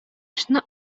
эшне